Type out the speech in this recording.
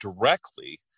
directly